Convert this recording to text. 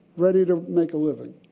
ready to make a living.